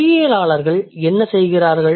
மொழியியலாளர்கள் என்ன செய்கிறார்கள்